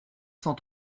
cent